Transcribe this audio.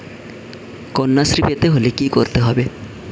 কন্যাশ্রী পেতে হলে কি করতে হবে?